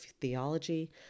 theology